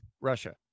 Russia